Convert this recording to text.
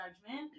judgment